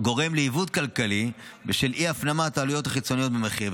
גורם לעיוות כלכלי בשל אי-הפנמת העלויות החיצוניות במחיר,